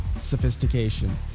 sophistication